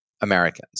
Americans